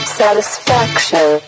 satisfaction